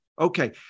Okay